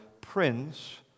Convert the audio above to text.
Prince